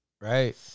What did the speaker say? right